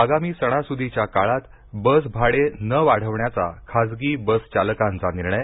आगामी सणासुदीच्या काळात बस भाडे न वाढवण्याचा खासगी बस चालकांचा निर्णय